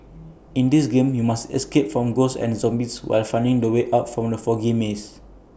in this game you must escape from ghosts and zombies while finding the way out from the foggy maze